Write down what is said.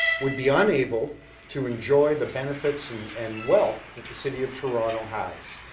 would be unable to enjoy the benefits and and wealth that the city of toronto has.